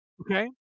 Okay